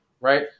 right